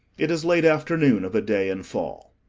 it is late afternoon of a day in fall.